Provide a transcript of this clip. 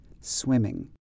swimming